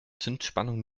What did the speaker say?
zündspannung